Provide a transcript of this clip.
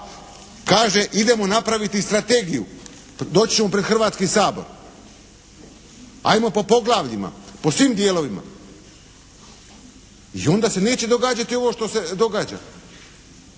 kaže idemo napraviti strategiju, doći ćemo pred Hrvatski sabor. Ajmo po poglavljima, po svim dijelovima. I onda se neće događati ovo što se događa.